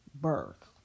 birth